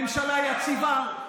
ממשלה יציבה,